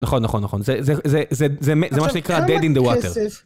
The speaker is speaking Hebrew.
נכון, נכון, נכון. זה מה שנקרא dead in the water.